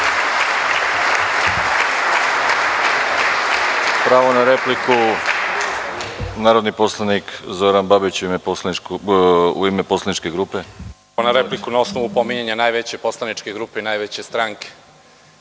Pravo na repliku, narodni poslanik Zoran Babić, u ime poslaničke grupe. **Zoran Babić** Pravo na repliku na osnovu pominjanja najveće poslaničke grupe i najveće stranke.Za